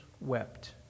wept